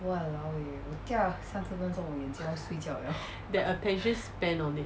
that attention span on it